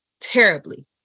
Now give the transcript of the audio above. terribly